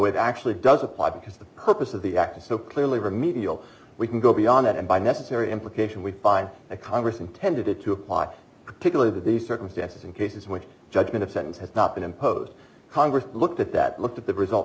it actually does apply because the purpose of the act is so clearly remedial we can go beyond that and by necessary implication we find that congress intended to apply particularly to these circumstances in cases which judgment a sentence has not been imposed congress looked at that looked at the result